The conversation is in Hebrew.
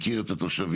מכיר את התושבים,